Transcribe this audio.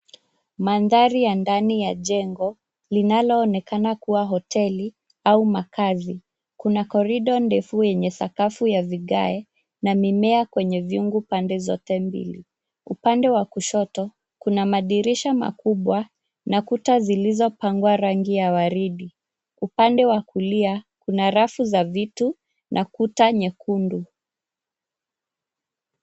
Mandhari ya ndani ya jengo linalo onekana kuwa hoteli au makazi. Kuna korido ndefu yenye sakafu ya vigae na mimea kwenye viungu upande zote mbili, upande wa kushoto kuna madirisha makubwa na kuta zilizopakwa rangi ya waridi. Upande wa kulia kuna rafu za vitu na kuta nyekundu.